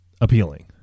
appealing